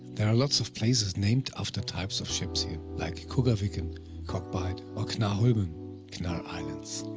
there are lots of places named after types of ships here, like kuggaviken cog bight or knarrholmen knarr islands.